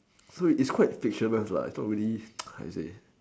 so it's quite fictitious lah it's not really how to say